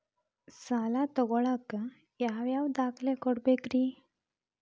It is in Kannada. ಸಾಲ ತೊಗೋಳಾಕ್ ಯಾವ ಯಾವ ದಾಖಲೆ ಕೊಡಬೇಕ್ರಿ?